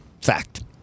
Fact